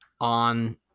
on